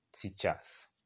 teachers